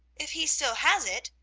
if he still has it?